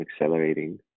accelerating